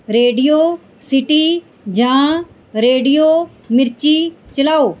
radio city ਜਾਂ radio Mirchi ਚਲਾਓ